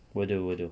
will do will do